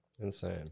insane